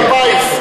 מזל זה בפיס.